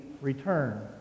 return